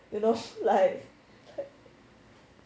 you know like